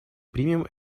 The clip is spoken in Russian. примем